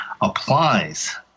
applies